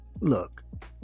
Look